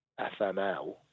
FML